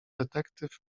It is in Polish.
detektyw